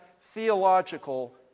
theological